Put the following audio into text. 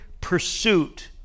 pursuit